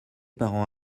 parents